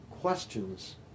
questions